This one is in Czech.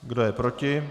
Kdo je proti?